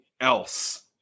else